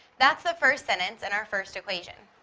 that's the first sentence and our first equation.